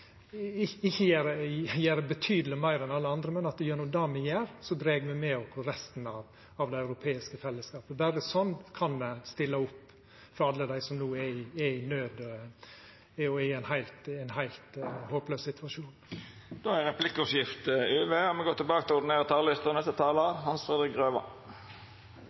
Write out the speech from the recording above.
gjer betydeleg meir enn alle andre, men at me gjennom det me gjer, dreg med oss resten av den europeiske fellesskapen. Berre slik kan me stilla opp for alle dei som no er i naud og i ein heilt håplaus situasjon. Replikkordskiftet er avslutta. Det er ganske utrolig – når jeg hører de rød-grønne partiene i denne debatten, er